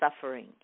suffering